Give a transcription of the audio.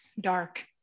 dark